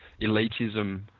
elitism